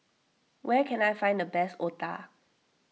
where can I find the best Otah